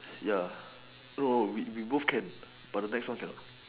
ya no no we both can but the next one cannot